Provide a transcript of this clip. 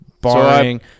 Barring